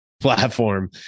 platform